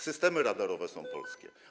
Systemy radarowe są polskie.